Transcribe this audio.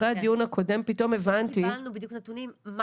אחרי הדיון הקודם פתאום הבנתי -- לא קיבלנו בדיוק נתונים מה